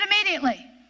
immediately